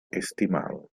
estimado